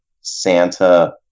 Santa